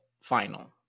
final